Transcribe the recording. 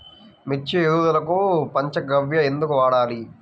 మిర్చి ఎదుగుదలకు పంచ గవ్య ఎందుకు వాడాలి?